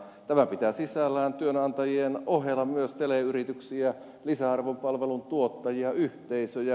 tämä pitää sisällään työnantajien ohella myös teleyrityksiä lisäarvon palvelun tuottajia yhteisöjä